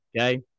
Okay